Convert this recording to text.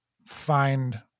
find